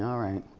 um right.